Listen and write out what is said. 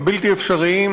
הבלתי-אפשריים,